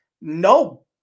No